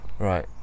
Right